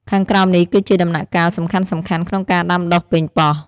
ខាងក្រោមនេះគឺជាដំណាក់កាលសំខាន់ៗក្នុងការដាំដុះប៉េងប៉ោះ។